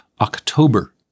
October